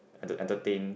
and to entertain